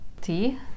Tea